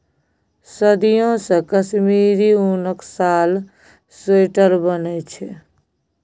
सदियों सँ कश्मीरी उनक साल, स्वेटर बनै छै